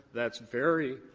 that's very,